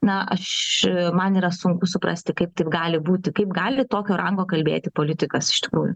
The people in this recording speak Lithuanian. na aš man yra sunku suprasti kaip taip gali būti kaip gali tokio rango kalbėti politikas iš tikrųjų